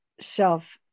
self